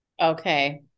okay